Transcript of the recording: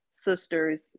sisters